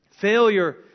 Failure